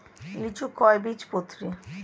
লিচু কয় বীজপত্রী?